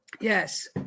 yes